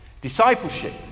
Discipleship